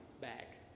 back